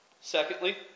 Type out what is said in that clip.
Secondly